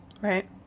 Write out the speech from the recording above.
Right